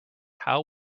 how